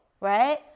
right